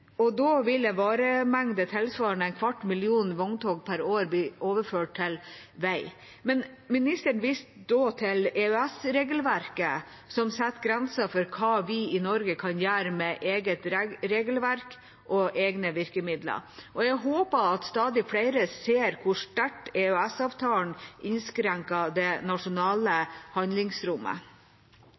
viste da til EØS-regelverket som setter grenser for hva vi i Norge kan gjøre med eget regelverk og egne virkemidler. Jeg håper at stadig flere ser hvor sterkt EØS-avtalen innskrenker det nasjonale handlingsrommet.